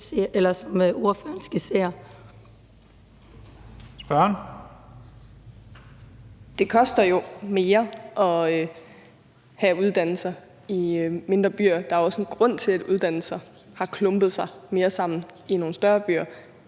Kl. 17:47 Anne Hegelund (EL): Det koster jo mere at have uddannelser i mindre byer, og der er jo også en grund til, at uddannelserne har klumpet sig mere sammen i nogle større byer,